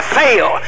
fail